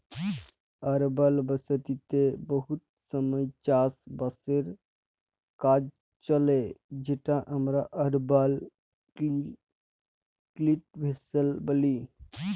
আরবাল বসতিতে বহুত সময় চাষ বাসের কাজ চলে যেটকে আমরা আরবাল কাল্টিভেশল ব্যলি